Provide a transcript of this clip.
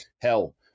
Hell